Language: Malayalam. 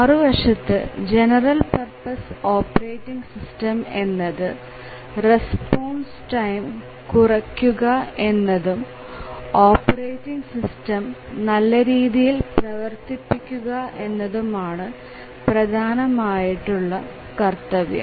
മറുവശത്ത് ജനറൽ പർപ്പസ് ഓപ്പറേറ്റിങ് സിസ്റ്റം എന്നത് റെസ്പോൺസ് ടൈം കുറയ്ക്കുക എന്നതും ഓപ്പറേറ്റിങ് സിസ്റ്റം നല്ലരീതിയിൽ പ്രവർത്തിപ്പിക്കുക എന്നതുമാണ് പ്രധാനമായിട്ടുള്ള കർത്തവ്യം